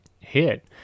hit